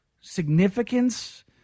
significance